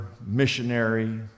missionary